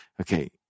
okay